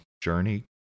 journey